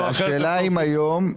השאלה אם היום אתה יכול.